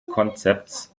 konzepts